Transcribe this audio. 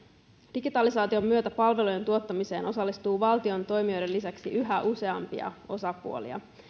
digitalisaation myötä palvelujen tuottamiseen osallistuu valtion toimijoiden lisäksi yhä useampia osapuolia